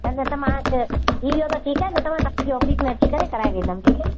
न न त मां थी वियो त ठीकु आहे न त मां तव्हांजी ऑफ़िस में अची करे कराए वेंदमि ठीकु आहे